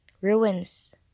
ruins